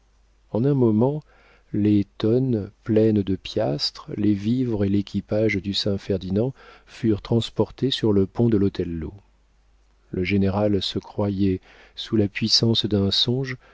en un moment les tonnes pleines de piastres les vivres et l'équipage du saint ferdinand furent transportés sur le pont de l'othello le général se croyait sous la puissance d'un songe